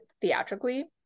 theatrically